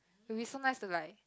will be so nice to like